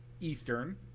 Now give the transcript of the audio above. Eastern